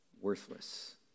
worthless